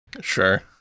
Sure